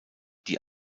die